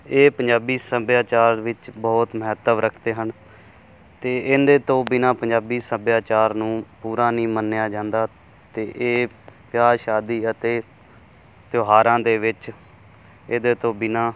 ਇਹ ਪੰਜਾਬੀ ਸੱਭਿਆਚਾਰ ਵਿੱਚ ਬਹੁਤ ਮਹੱਤਵ ਰੱਖਦੇ ਹਨ ਅਤੇ ਇਹਦੇ ਤੋਂ ਬਿਨਾ ਪੰਜਾਬੀ ਸੱਭਿਆਚਾਰ ਨੂੰ ਪੂਰਾ ਨਹੀਂ ਮੰਨਿਆ ਜਾਂਦਾ ਅਤੇ ਇਹ ਵਿਆਹ ਸ਼ਾਦੀ ਅਤੇ ਤਿਉਹਾਰਾਂ ਦੇ ਵਿੱਚ ਇਹਦੇ ਤੋਂ ਬਿਨਾ